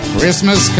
Christmas